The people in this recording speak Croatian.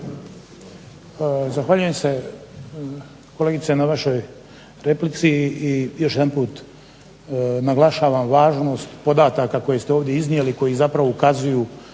Zahvaljujem se kolegice na vašoj replici i još jedanput naglašavam važnost podataka koji ste ovdje iznijeli koji zapravo ukazuju